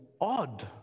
odd